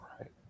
right